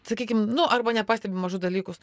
sakykim nu arba nepastebim mažus dalykus